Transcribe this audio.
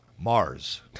Mars